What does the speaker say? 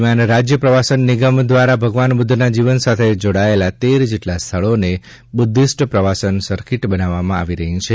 દરમિયાન રાજ્ય પ્રવાસન નિમગ દ્વારા ભગવાન બુદ્ધના જીવન સાથે જોડાયેલા તેર જેટલા સ્થળોને બુદ્ધિસ્ટ પ્રવાસન સરકીટ બનાવવામાં આવી રહી છે